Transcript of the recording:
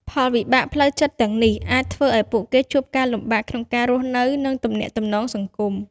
ផលវិបាកផ្លូវចិត្តទាំងនេះអាចធ្វើឲ្យពួកគេជួបការលំបាកក្នុងការរស់នៅ និងទំនាក់ទំនងសង្គម។